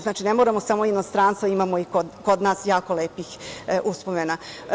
Znači, ne moramo samo u inostranstvo, imamo i kod nas jako lepih uspomena.